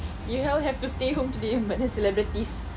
you all have to stay home today but the celebrities